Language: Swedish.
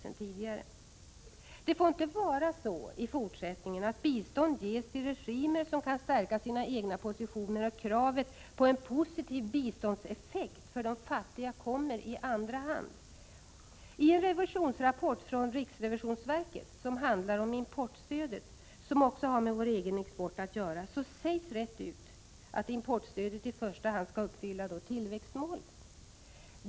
Det får i fortsättningen inte vara så att bistånd ges till regimer som kan stärka sina egna positioner och att kravet på en positiv biståndseffekt för de fattiga kommer i andra hand. I en revisionsrapport från riksrevisionsverket som handlar om importstödet, som också har att göra med Sveriges export, sägs rätt ut att importstödet i första hand skall uppfylla tillväxtmålet.